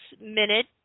minute